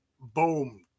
boom